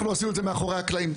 אנחנו עשינו את זה מאחורי הקלעים.